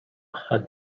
had